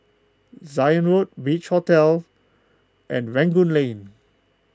Zion Road Beach Hotel and Rangoon Lane